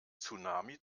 tsunami